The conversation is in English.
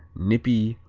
nippy,